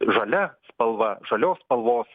žalia spalva žalios spalvos